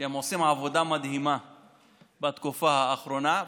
שעושים עבודה מדהימה בתקופה האחרונה.